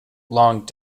long